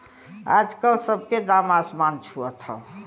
आजकल सब के दाम असमान छुअत हौ